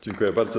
Dziękuję bardzo.